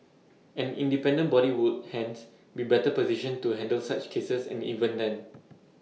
an independent body would hence be better positioned to handle such cases and even then